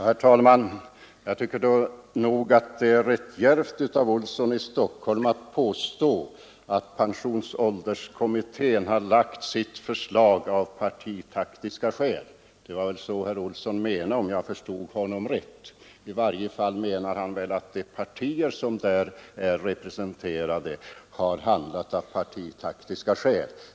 Herr talman! Jag tycker nog att det är rätt djärvt av herr Olsson i Stockholm att påstå att pensionsålderskommittén lagt sitt förslag av partitaktiska skäl. Det var ju så herr Olsson menade, om jag förstod honom rätt; i varje fall menade han att de partier som där representerades har handlat av partitaktiska skäl.